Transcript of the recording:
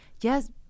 Yes